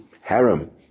harem